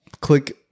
click